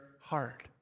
heart